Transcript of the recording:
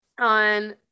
on